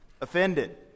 offended